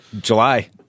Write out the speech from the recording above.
July